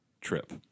trip